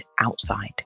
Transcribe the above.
outside